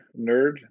nerd